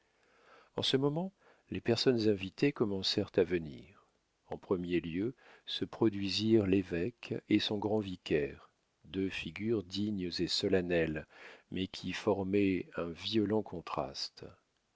en ce moment les personnes invitées commencèrent à venir en premier lieu se produisirent l'évêque et son grand vicaire deux figures dignes et solennelles mais qui formaient un violent contraste